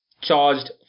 charged